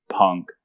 punk